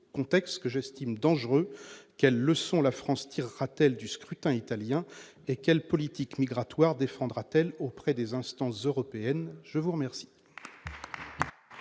contexte que j'estime dangereux, quelle leçon la France tirera-t-elle du scrutin italien et quelle politique migratoire défendra-t-elle auprès des instances européennes, je vous remercie.